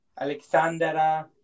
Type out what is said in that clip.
Alexandra